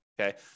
okay